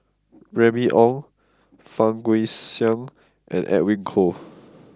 Remy Ong Fang Guixiang and Edwin Koo